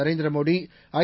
Narendra Modi ஐ